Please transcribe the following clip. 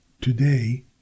today